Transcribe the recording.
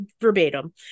verbatim